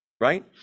right